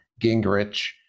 Gingrich